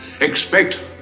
expect